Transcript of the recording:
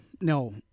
No